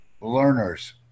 learners